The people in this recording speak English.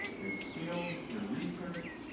their skills, their research,